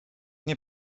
nie